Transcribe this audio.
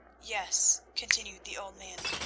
yes, continued the old man,